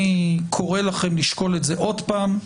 אני קורא לכם לשקול את זה עוד פעם.